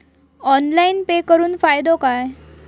Online pay करुन फायदो काय?